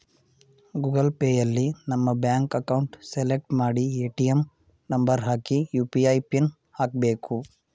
Google ಪೇಯಲ್ಲಿ ನಮ್ಮ bank account select ಮಾಡಿ ಎ.ಟಿ.ಎಂ ನಂಬರ್ ಹಾಕಿ ಯು.ಪಿ.ಐ ಪಿನ್ ಹಾಕ್ಬೇಕು